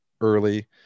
early